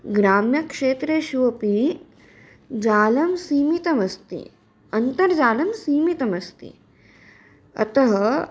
ग्राम्यक्षेत्रेषु अपि जालं सीमितमस्ति अन्तर्जालं सीमितमस्ति अतः